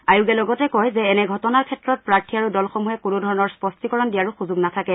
আয়োগে লগতে কয় যে এনে ঘটনাৰ ক্ষেত্ৰত প্ৰাৰ্থী আৰু দলসমূহে কোনোধৰণৰ স্পষ্টীকৰণ দিয়াৰো সূযোগ নাথাকে